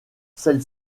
celle